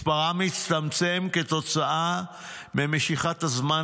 מספרם הצטמצם כתוצאה ממשיכת הזמן